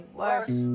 worse